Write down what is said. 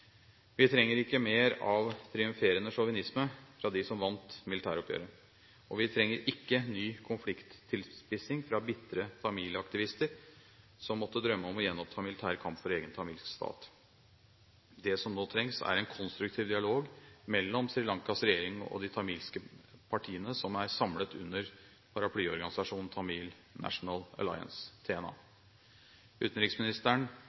Vi trenger ikke mer av triumferende sjåvinisme fra dem som vant militæroppgjøret. Vi trenger ikke ny konflikttilspissing fra bitre tamilaktivister som måtte drømme om å gjenoppta militær kamp for egen tamilsk stat. Det som nå trengs, er en konstruktiv dialog mellom Sri Lankas regjering og de tamilske partiene som er samlet under paraplyorganisasjonen Tamil National Alliance, TNA. Utenriksministeren